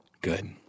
Good